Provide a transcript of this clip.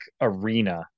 arena